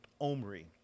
Omri